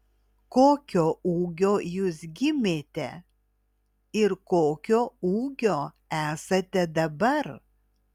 kokio ūgio jūs gimėte ir kokio ūgio esate dabar